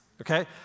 okay